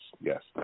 yes